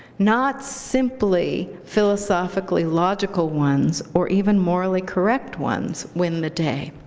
not simply philosophically logical ones or even morally correct ones, win the day.